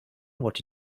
what